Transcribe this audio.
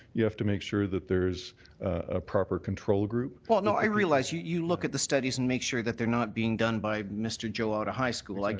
you have to make sure that there is a proper control group. well, no. i realize you you look at the studies and make sure they're not being done by mr. joe out of high school. like